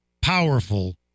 powerful